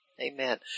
amen